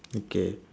okay